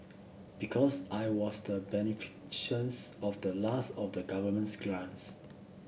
because I was the of the last of the governments grants